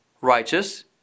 righteous